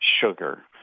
sugar